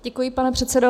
Děkuji, pane předsedo.